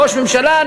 ראש הממשלה,